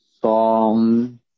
song